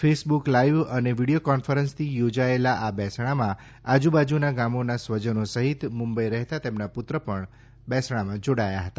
Facebook live અને video કોન્ફરન્સથી યોજાયેલ આ બેસણામાં આજુ બાજુના ગામોના સ્વજનો સહિત મુંબઈ રહેતા તેમના પુત્ર પણ આ બેસણામાં જોડાયા હતા